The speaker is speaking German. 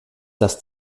das